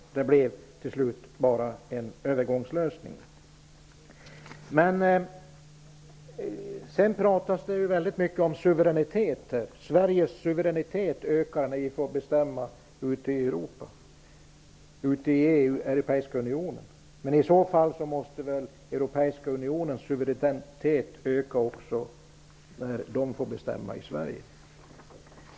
Till slut blev det bara en övergångslösning. Det talas mycket om suveränitet. Sveriges suveränitet ökar när vi får bestämma i EU. I så fall måste väl Europeiska unionens suveränitet också öka när den får bestämma i Sverige.